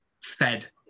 fed